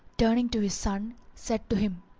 turning to his son, said to him,